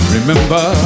Remember